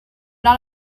not